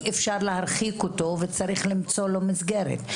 אפשר להרחיק אותו וצריך למצוא לו מסגרת.